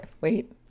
Wait